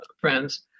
friends